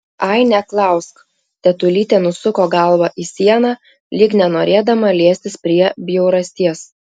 ai neklausk tetulytė nusuko galvą į sieną lyg nenorėdama liestis prie bjaurasties